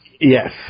Yes